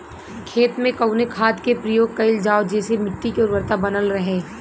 खेत में कवने खाद्य के प्रयोग कइल जाव जेसे मिट्टी के उर्वरता बनल रहे?